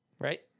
right